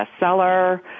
bestseller